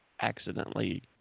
accidentally